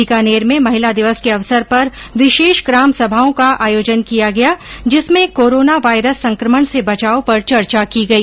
बीकानेर में महिला दिवस के अवसर पर विशेष ग्रामसभाओं का आयोजन किया गया जिसमें कोरोना वायरस संक्रमण से बचाव पर चर्चा की गई